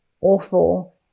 awful